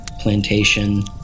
plantation